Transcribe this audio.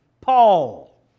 Paul